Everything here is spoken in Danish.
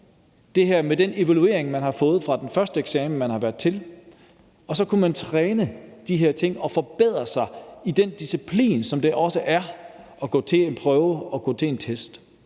det her med den evaluering, man har fået fra den første eksamen, man har været til. Så kunne man altså træne de her ting og forbedre sig i den disciplin, som det også er at gå til en prøve og gå til en test.